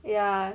ya